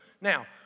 Now